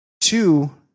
Two